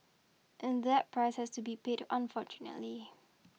and that price has to be paid unfortunately